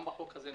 גם בחוק הזה,